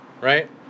Right